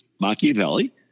Machiavelli